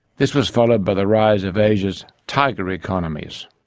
this was followed by the rise of asia's tiger economies,